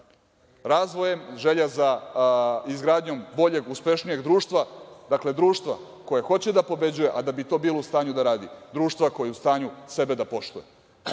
razvojem, želja za izgradnjom boljeg, uspešnijeg društva. Dakle, društva koje hoće da pobeđuje, a da bi to bilo u stanju da radi, društva koje je u stanju sebe da poštuje.